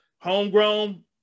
homegrown